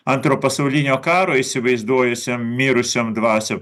antro pasaulinio karo įsivaizduojusiam mirusiam dvasiom